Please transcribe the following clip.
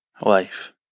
life